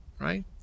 right